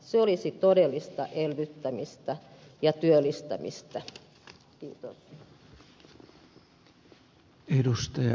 se olisi todellista elvyttämistä ja työllistämistä